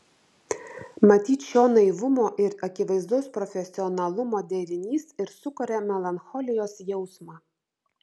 matyt šio naivumo ir akivaizdaus profesionalumo derinys ir sukuria melancholijos jausmą